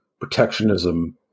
protectionism